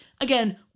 again